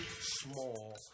small